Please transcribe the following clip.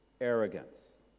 arrogance